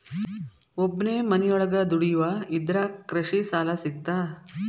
ಒಬ್ಬನೇ ಮನಿಯೊಳಗ ದುಡಿಯುವಾ ಇದ್ರ ಕೃಷಿ ಸಾಲಾ ಸಿಗ್ತದಾ?